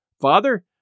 Father